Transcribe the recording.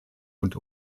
und